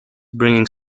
bringing